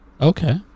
Okay